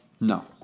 No